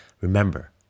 remember